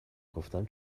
گفتم